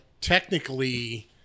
technically